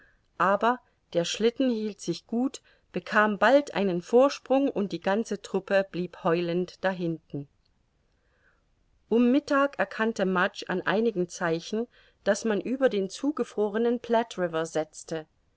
aber der schlitten hielt sich gut bekam bald einen vorsprung und die ganze truppe blieb heulend dahinten um mittag erkannte mudge an einigen zeichen daß man über den zugefrorenen platte river setzte